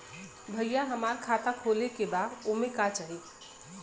भईया हमार खाता खोले के बा ओमे का चाही?